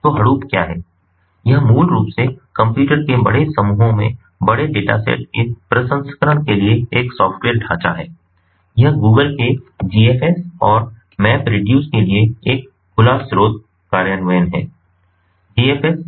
तो हडूप क्या है यह मूल रूप से कंप्यूटर के बड़े समूहों में बड़े डेटासेट के प्रसंस्करण के लिए एक सॉफ्टवेयर ढांचा है यह Google के GFS और MapReduce के लिए एक खुला स्रोत कार्यान्वयन है